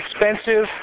expensive